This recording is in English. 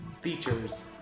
features